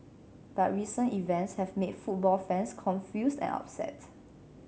but recent events have made football fans confused and upset